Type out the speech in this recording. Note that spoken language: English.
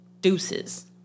Deuces